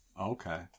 Okay